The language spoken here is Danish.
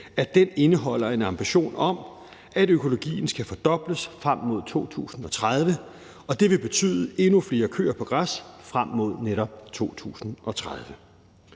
med i, indeholder en ambition om, at økologien skal fordobles frem mod 2030. Og det vil betyde endnu flere køer på græs frem mod netop 2030.